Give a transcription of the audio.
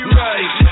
right